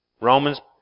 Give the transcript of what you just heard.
Romans